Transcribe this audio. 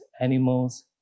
animals